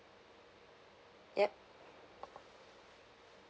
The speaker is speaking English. yup